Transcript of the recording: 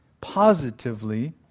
positively